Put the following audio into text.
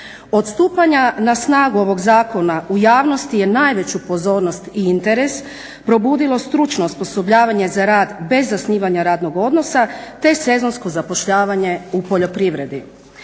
Odstupanja na snagu ovog zakona u javnosti je najveću pozornost i interes probudilo stručno osposobljavanje za rad bez zasnivanja radnog odnosa te sezonsko zapošljavanje u poljoprivredi.